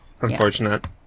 unfortunate